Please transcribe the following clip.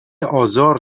آزار